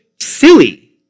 silly